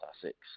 classics